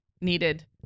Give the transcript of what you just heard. needed